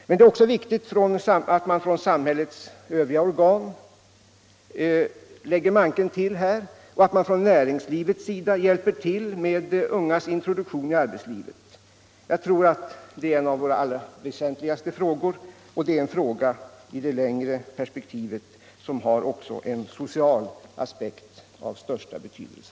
Men det är också viktigt att samhällets övriga organ lägger manken till och att man från näringslivets sida hjälper till med de ungas introduktion i arbetslivet. Det är en av våra allra väsentligaste frågor som också har en social aspekt av största betydelse.